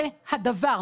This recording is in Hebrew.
זה הדבר.